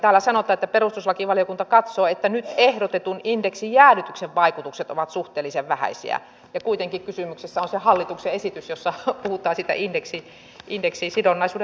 täällä sanotaan että perustuslakivaliokunta katsoo että nyt ehdotetun indeksijäädytyksen vaikutukset ovat suhteellisen vähäisiä ja kuitenkin kysymyksessä on se hallituksen esitys jossa puhutaan siitä indeksisidonnaisuuden poistamisesta